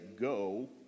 go